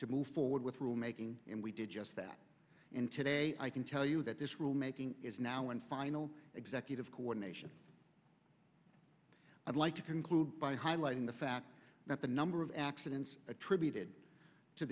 to move forward with rule making and we did just that and today i can tell you that this rulemaking is now in final executive coordination i'd like to conclude by highlighting the fact that the number of accidents attributed to